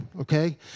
Okay